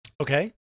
Okay